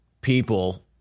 people